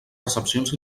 recepcions